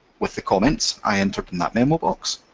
with the comments i entered in that memo box.